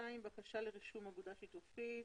בקשה לרישום אגודה שיתופית.